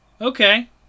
Okay